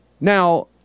Now